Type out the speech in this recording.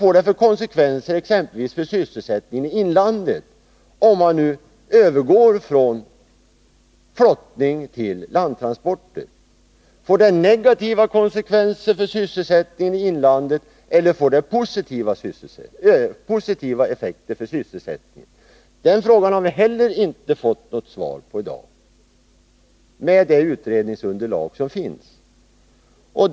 Vilka blir konsekvenserna för sysselsättningen exempelvis i inlandet, om man övergår från flottning till landtransporter? Ger det negativa eller positiva effekter för sysselsättningen i inlandet? Den frågan har vi inte fått något svar på i det utredningsunderlag som föreligger.